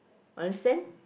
understand